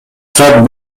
саат